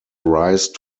rise